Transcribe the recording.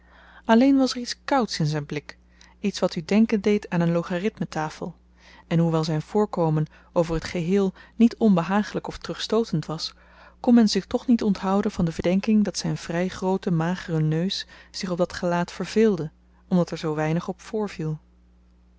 alleen was er iets kouds in zyn blik iets wat u denken deed aan een logarithmentafel en hoewel zyn voorkomen over t geheel niet onbehagelyk of terugstootend was kon men zich toch niet onthouden van de verdenking dat zyn vry groote magere neus zich op dat gelaat verveelde omdat er zoo weinig op voorviel